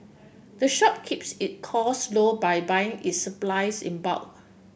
the shop keeps it costs low by buying its supplies in bulk